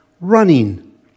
running